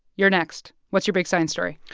you're next. what's your big science story?